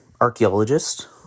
archaeologist